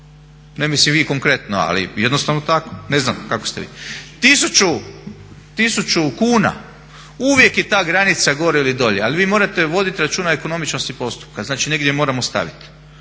Ne mislim vi konkretno, ali jednostavno tako, ne znam kako ste vi. Tisuću kuna uvijek je ta granica dolje ili gore, ali vi morate voditi računa o ekonomičnosti postupka, znači negdje je moramo staviti.